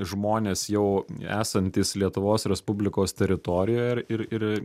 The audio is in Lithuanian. žmonės jau esantys lietuvos respublikos teritorijoje ir ir